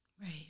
Right